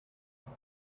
hall